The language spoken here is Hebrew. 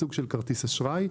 סוג של כרטיס אשראי,